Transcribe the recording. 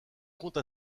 compte